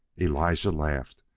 elijah laughed,